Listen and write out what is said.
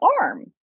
arm